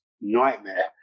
nightmare